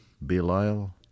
Belial